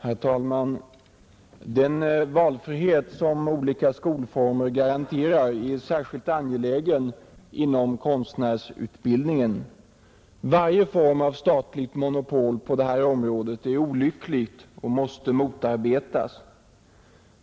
Herr talman! Den valfrihet som olika skolformer garanterar är särskilt angelägen inom konstnärsutbildningen. Varje form av statligt monopol på detta område är olycklig och måste motarbetas.